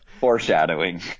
foreshadowing